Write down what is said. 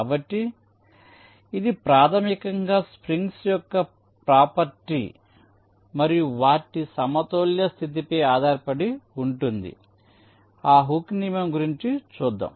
కాబట్టి ఇది ప్రాథమికంగా స్ప్రింగ్స్ యొక్క ప్రాపర్టీ మరియు వాటి సమతౌల్య స్థితిపై ఆధారపడి ఉంటుంది ఆ హుక్ నియమం గురించి చూద్దాం